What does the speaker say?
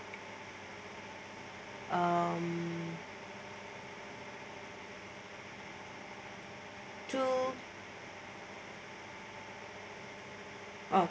I'm two oh